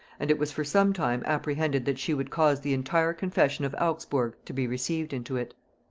and it was for some time apprehended that she would cause the entire confession of augsburg to be received into it.